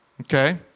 Okay